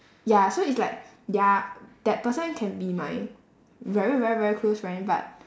ya so it's like they're that person can be my very very very close friend but